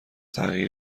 تغییر